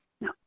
no